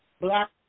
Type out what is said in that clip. black